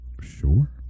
sure